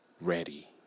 ready